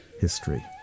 history